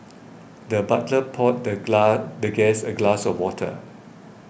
the butler poured the the guest a glass of water